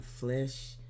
flesh